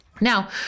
Now